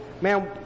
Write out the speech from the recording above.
Man